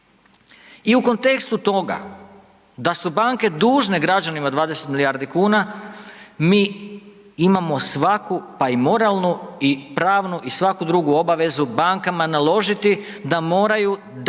I u kontekstu toga da su banke dužne građanima 20 milijardi kuna, mi imamo svaku pa i moralnu i pravnu i svaku drugu obavezu bankama naložiti da moraju dati